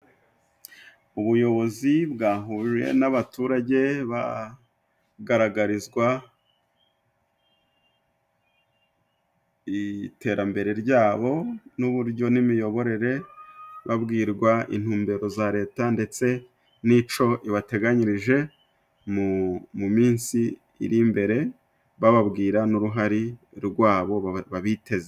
Ubuyobozi bwahuye n'abaturage bagaragarizwa iterambere ryabo n'uburyo n' imiyoborere babwirwa intumbero za leta ndetse n ico ibateganyirije mu mu minsi iri imbere, bababwira n'uruhare rwabo babiteze.